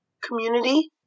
community